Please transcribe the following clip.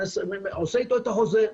עושה אתו את החוזה,